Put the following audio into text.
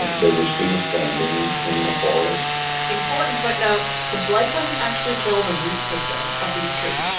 they were still standing in the forest important footnote the blight doesn't actually kill the root system of these trees.